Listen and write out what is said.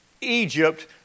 Egypt